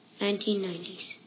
1990s